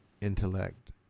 intellect